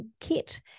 kit